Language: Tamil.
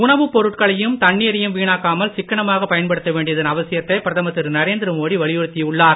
உணவுப்பொருட்களையும் தண்ணீரையும் வீனாக்காமல் சிக்கனமாக பயன்படுத்த வேண்டியதன் அவசியத்தை பிரதமர் திரு நரேந்திர மோடி வலியுறுத்தியுள்ளார்